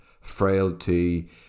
frailty